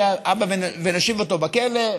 הבה ונושיב אותו בכלא,